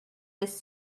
this